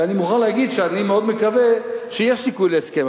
ואני מוכרח להגיד שאני מאוד מקווה שיש סיכוי להסכם.